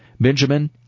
benjamin